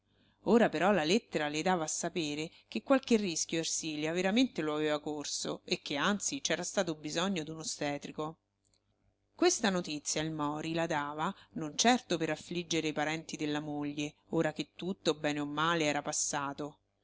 ora però la lettera le dava a sapere che qualche rischio ersilia veramente lo aveva corso e che anzi c'era stato bisogno d'un ostetrico questa notizia il mori la dava non certo per affliggere i parenti della moglie ora che tutto bene o male era passato